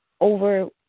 over